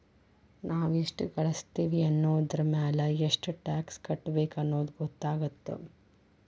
ನಾವ್ ಎಷ್ಟ ಗಳಸ್ತೇವಿ ಅನ್ನೋದರಮ್ಯಾಗ ಎಷ್ಟ್ ಟ್ಯಾಕ್ಸ್ ಕಟ್ಟಬೇಕ್ ಅನ್ನೊದ್ ಗೊತ್ತಾಗತ್ತ